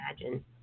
imagine